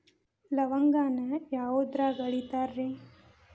ಲವಂಗಾನ ಯಾವುದ್ರಾಗ ಅಳಿತಾರ್ ರೇ?